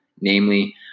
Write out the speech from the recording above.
Namely